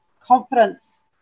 confidence